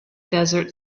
desert